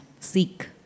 seek